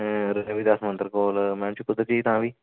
रविदास मंदर कोल मैडम जी कुत्थे तक आना